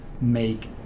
make